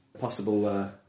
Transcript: Possible